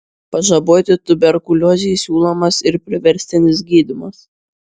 pažaboti tuberkuliozei siūlomas ir priverstinis gydymas